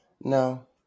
No